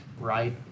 right